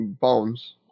Bones